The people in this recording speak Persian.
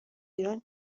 ایران